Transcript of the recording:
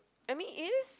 I mean it is